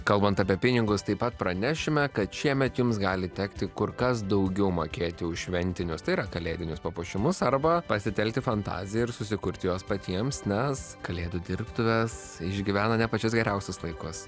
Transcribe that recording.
kalbant apie pinigus taip pat pranešime kad šiemet jums gali tekti kur kas daugiau mokėti už šventinius tai yra kalėdinius papuošimus arba pasitelkti fantaziją ir susikurti juos patiems nes kalėdų dirbtuvės išgyvena ne pačius geriausius laikus